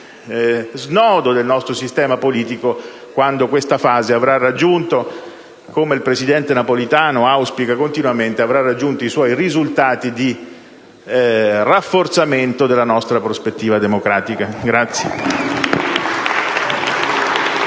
snodo del nostro sistema politico quando questa fase avrà raggiunto, come il presidente Napolitano auspica continuamente, i suoi risultati di rafforzamento della nostra prospettiva democratica.